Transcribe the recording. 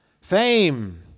Fame